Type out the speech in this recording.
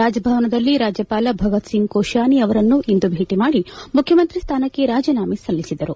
ರಾಜಭವನದಲ್ಲಿ ರಾಜ್ಯಪಾಲ ಭಗತ್ಸಿಂಗ್ ಕೊಶಿಯಾನಿ ಅವರನ್ನು ಇಂದು ಭೇಟಿ ಮಾಡಿ ಮುಖ್ಯಮಂತ್ರಿ ಸ್ಥಾನಕ್ಕೆ ರಾಜೀನಾಮೆ ಸಲ್ಲಿಸಿದರು